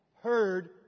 heard